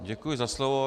Děkuji za slovo.